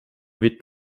wird